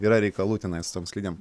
yra reikalų tenai su tom slidėm